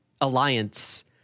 alliance